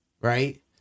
Right